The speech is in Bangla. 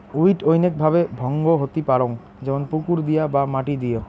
উইড অনৈক ভাবে ভঙ্গ হতি পারং যেমন পুকুর দিয় বা মাটি দিয়